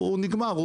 הוא נגמר.